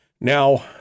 Now